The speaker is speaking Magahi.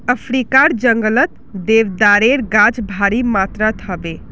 अफ्रीकार जंगलत देवदारेर गाछ भारी मात्रात ह बे